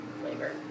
flavor